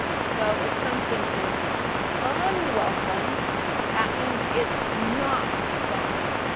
so if something is unwelcome that means it's not welcome.